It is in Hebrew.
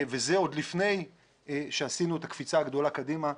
זה עוד לפני שעשינו את הקפיצה הגדולה קדימה,